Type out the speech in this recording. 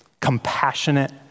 Compassionate